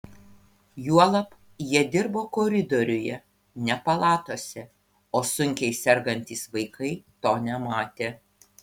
juolab jie dirbo koridoriuje ne palatose o sunkiai sergantys vaikai to nematė